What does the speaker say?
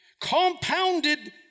compounded